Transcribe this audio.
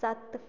सत्त